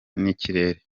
n’ikirere